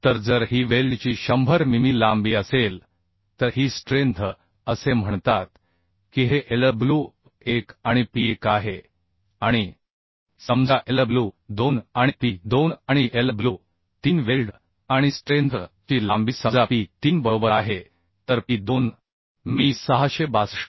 तर जर ही वेल्डची 100 मिमी लांबी असेल तर ही स्ट्रेंथ असे म्हणतात की हे Lw1 आणि P1 आहे आणि समजा Lw2 आणि P2 आणि Lw3 वेल्ड आणि स्ट्रेंथ ची लांबी समजा P3 बरोबर आहे तर P2 मी 662